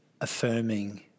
affirming